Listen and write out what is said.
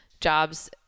jobs